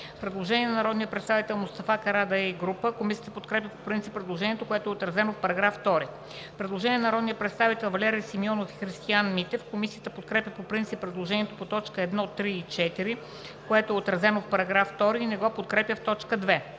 Предложение на народния представител Мустафа Карадайъ и група народни представители. Комисията подкрепя по принцип предложението, което е отразено в § 2. Предложение на народните представители Валери Симеонов и Христиан Митев. Комисията подкрепя по принцип предложението по т. 1, 3 и 4, което е отразено в § 2, и не го подкрепя по т.